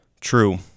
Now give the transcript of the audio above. True